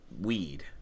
weed